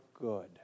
good